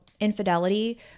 infidelity